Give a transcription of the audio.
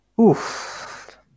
oof